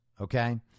Okay